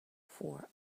for